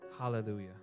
hallelujah